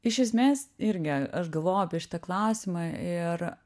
iš esmės irgi aš galvojau apie šitą klausimą ir